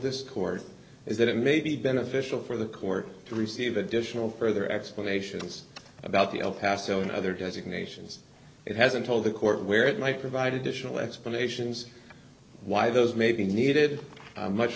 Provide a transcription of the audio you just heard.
this court is that it may be beneficial for the court to receive additional further explanations about the el paso and other designations it hasn't told the court where it might provide additional explanations why those may be needed much